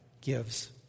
gives